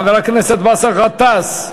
חבר הכנסת באסל גטאס.